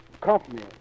company